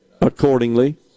accordingly